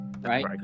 right